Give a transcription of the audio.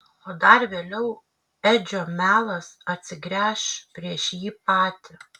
o dar vėliau edžio melas atsigręš prieš jį patį